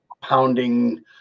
pounding